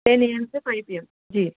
ten A M سے five P M جی